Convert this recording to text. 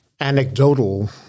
anecdotal